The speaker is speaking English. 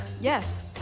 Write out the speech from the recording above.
Yes